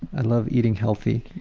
and love eating healthy.